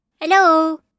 Hello